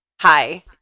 hi